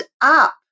up